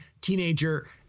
teenager